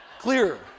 clearer